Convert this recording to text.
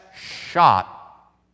shot